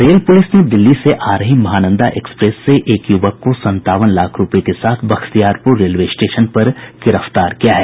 rail police ने दिल्ली से आ रही महानंदा एक्सप्रेस से एक युवक को संतावन लाख रूपये के साथ बख्तियारपुर रेलवे स्टेशन पर गिरफ्तार किया है